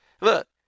look